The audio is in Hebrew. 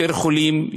יותר חולים,